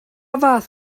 fath